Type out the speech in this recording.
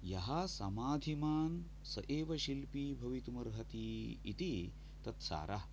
यः समाधिमान् स एव शिल्पी भवितुम् अर्हति इति तत् सारः